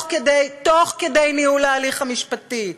תוך כדי ניהול ההליך המשפטי.